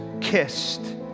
kissed